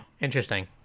interesting